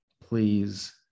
please